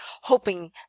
hoping